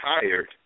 tired